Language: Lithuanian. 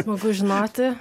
smagu žinoti